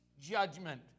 judgment